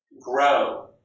grow